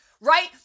right